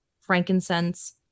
frankincense